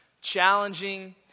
challenging